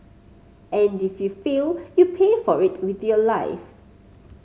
and if you fail you pay for it with your life